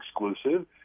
exclusive